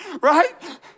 right